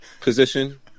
position